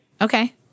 Okay